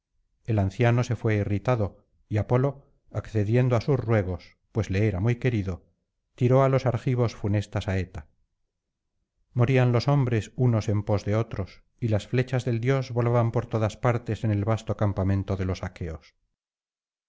el anciano se fué irritado y apolo accediendo á sus ruegos pues le era muy querido tiró á los argivos funesta saeta morían los hombres unos en pos de otros y las flechas del dios volaban por todas partes en el vasto campamento de los aqueos